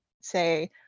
say